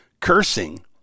cursing